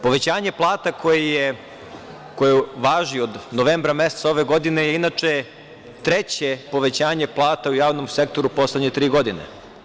Povećanje plata koje važi od novembra meseca ove godine je inače treće povećanje plata u javnom sektoru u poslednje tri godine.